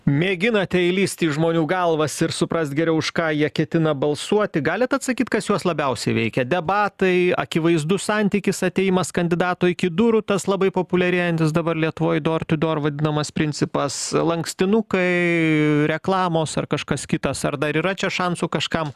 mėginate įlįst į žmonių galvas ir suprast geriau už ką jie ketina balsuoti galit atsakyt kas juos labiausiai veikia debatai akivaizdus santykis atėjimas kandidato iki durų tas labai populiarėjantis dabar lietuvoj dor tiu dor vadinamas principas lankstinukai reklamos ar kažkas kitas ar dar yra čia šansų kažkam